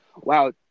wow